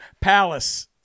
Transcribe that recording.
Palace